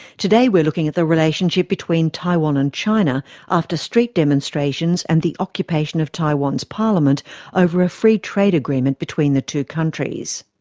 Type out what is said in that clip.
today we're looking at the relationship between taiwan and china after street demonstrations and the occupation of taiwan's parliament over a free trade agreement between the two countries.